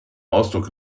ausdruck